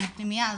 אני בפנימייה,